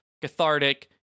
cathartic